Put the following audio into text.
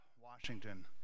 Washington